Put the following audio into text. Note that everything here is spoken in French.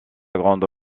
grande